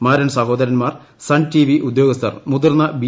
മാരൻ സഹോദരന്മാർ Sun TV ഉദ്യോഗസ്ഥർ മുതിർന്ന ബി